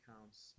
counts